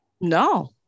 No